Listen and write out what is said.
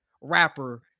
rapper